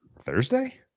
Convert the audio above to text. thursday